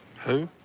who?